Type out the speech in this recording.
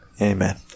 Amen